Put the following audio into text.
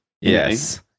Yes